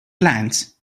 plants